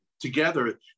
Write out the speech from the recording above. Together